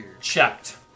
checked